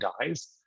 dies